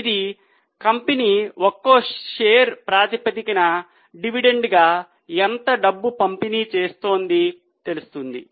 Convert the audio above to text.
ఇది కంపెనీ ఒక్కో షేర్ ప్రాతిపదికన డివిడెండ్గా ఎంత డబ్బు పంపిణీ చేస్తోంది